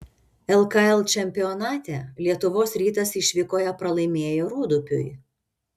lkl čempionate lietuvos rytas išvykoje pralaimėjo rūdupiui